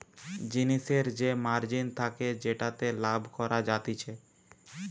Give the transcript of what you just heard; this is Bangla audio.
জিনিসের যে মার্জিন থাকে যেটাতে লাভ করা যাতিছে